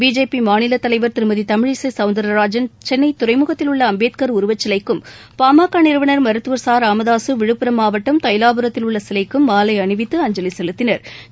BJP மாநில தலைவர் திருமதி தமிழிசை சௌந்தர்ராஜன் சென்னை துறைமுகத்தில் உள்ள அம்பேத்கர் உருவச்சிலைக்கும் பாமக நிறுவனர் மருத்துவர் ச ராமதாக விழுப்புரம் மாவட்டம் தைலாபுரத்தில் உள்ள சிலைக்கும் மாலை அணிவித்து அஞ்சலி செலுத்தினா்